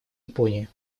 японии